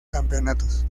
campeonatos